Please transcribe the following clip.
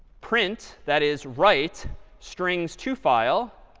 print that is write strings to file,